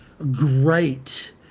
great